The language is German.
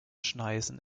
schneisen